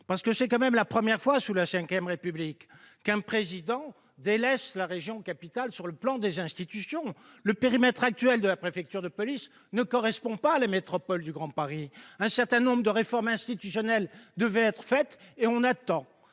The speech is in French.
attaquer. C'est tout de même la première fois, sous la VRépublique, qu'un Président de la République délaisse la région-capitale sur le plan des institutions. Le périmètre actuel de la préfecture de police ne correspond pas à la métropole du Grand Paris. Un certain nombre de réformes institutionnelles devaient être faites, mais on attend